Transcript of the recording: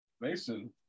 Mason